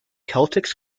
celtics